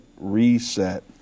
Reset